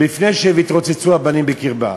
לפני שיתרוצצו הבנים בקרבה.